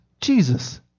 Jesus